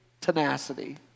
tenacity